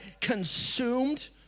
consumed